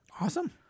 Awesome